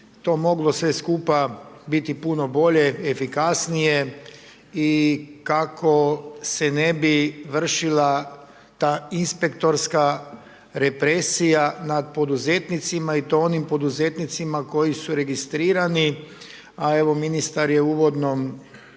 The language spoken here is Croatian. to moglo sve skupa biti puno bolje, efikasnije i kako se ne bi vršila ta inspektorska represija nad poduzetnicima i to onim poduzetnicima koji su registrirani, a evo ministar je u uvodnom